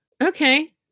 Okay